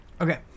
Okay